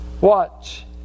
Watch